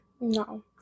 No